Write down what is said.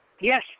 Yes